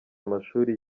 amashuri